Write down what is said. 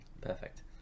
Perfect